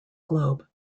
globe